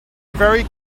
very